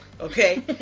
Okay